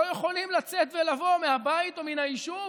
לא יכולים לצאת ולבוא מהבית או מן היישוב